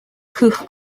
cwch